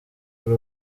ari